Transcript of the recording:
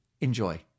Enjoy